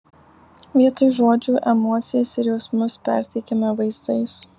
vietoj žodžių emocijas ir jausmus perteikiame vaizdais